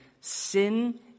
sin